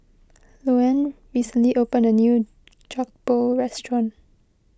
Luanne recently opened a new Jokbal Restaurant